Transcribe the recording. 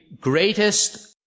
greatest